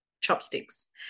chopsticks